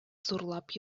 зурлап